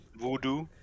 Voodoo